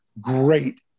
great